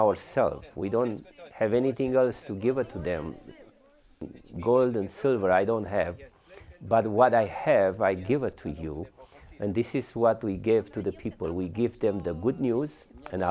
ourselves we don't have anything else to give it to them gold and silver i don't have but what i have i give it to you and this is what we give to the people we give them the good news and